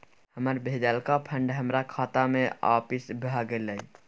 हमर भेजलका फंड हमरा खाता में आपिस भ गेलय